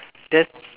there's